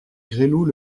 gresloup